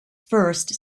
first